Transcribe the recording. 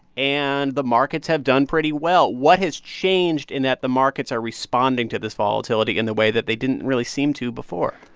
and the markets have done pretty well. what has changed, in that the markets are responding to this volatility in the way that they didn't really seem to before?